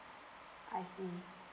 I see